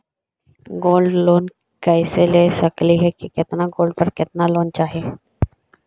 Gold loan कैसे ले सकली हे, कितना गोल्ड पर कितना लोन चाही?